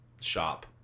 shop